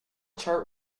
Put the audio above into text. chart